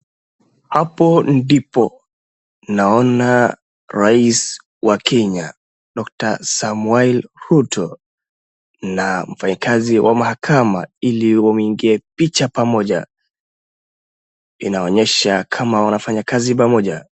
Hapo ndipo naona rais wa Kenya Dr. Samoei Ruto na mfanyikazi wa mahakama ili wameingia picha pamoja, inaonyesha kama wanafanya kazi pamoja.